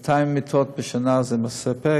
ש-200 מיליון זה מספיק.